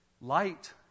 Light